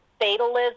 fatalism